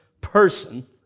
Person